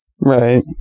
Right